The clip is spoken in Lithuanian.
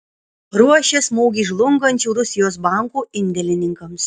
ruošia smūgį žlungančių rusijos bankų indėlininkams